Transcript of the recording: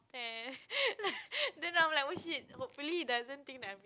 ten then I am like what shit hopefully he doesn't think that I'm